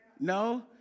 No